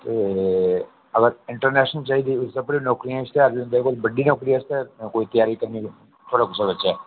ते अगर इंट्रनैशनल चाहिदी उ'दे च नौकरियें दे इश्तेहार बी होंदे उं'दे कोल बड्डी नौकरियें आस्तै कोई त्यारी करनी थुआढ़े कुसै बच्चे